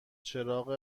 چراغ